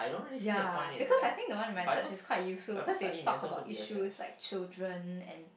ya because I think the one in my church is quite useful cause they talk about issues like children and